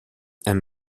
and